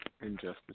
Injustice